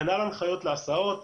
כנ"ל הנחיות להסעות,